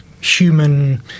human